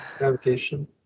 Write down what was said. Navigation